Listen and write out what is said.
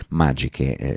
magiche